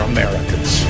Americans